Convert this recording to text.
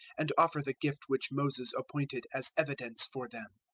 and offer the gift which moses appointed as evidence for them.